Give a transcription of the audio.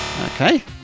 Okay